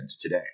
today